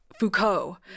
Foucault